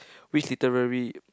which literary